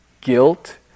guilt